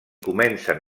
comencen